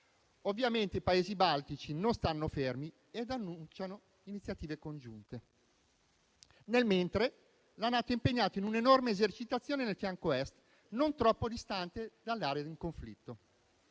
Ovviamente i Paesi baltici non stanno fermi e annunciano iniziative congiunte. Nel mentre la NATO è impegnata in un'enorme esercitazione nel fianco Est, non troppo distante dalle aree del conflitto.